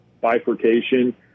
bifurcation